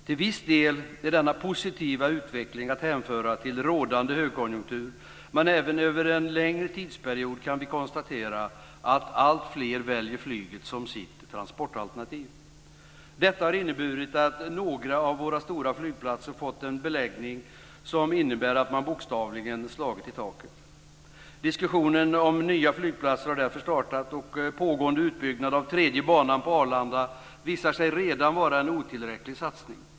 Till viss del är denna positiva utveckling att hänföra till rådande högkonjunktur, men även över en längre tidsperiod kan vi konstatera att alltfler väljer flyget som sitt transportalternativ. Detta har inneburit att några av våra stora flygplatser har fått en beläggning som inneburit att man bokstavligen slagit i taket. Diskussionen om nya flygplatser har därför startat, och pågående utbyggnad av tredje banan på Arlanda visar sig redan vara en otillräcklig satsning.